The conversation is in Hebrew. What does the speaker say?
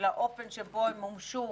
באופן שבו הן מומשו